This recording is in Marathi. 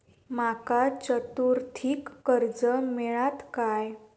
माका चतुर्थीक कर्ज मेळात काय?